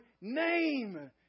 name